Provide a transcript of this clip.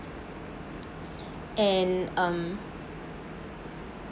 and um